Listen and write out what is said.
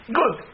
good